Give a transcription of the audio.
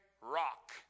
rock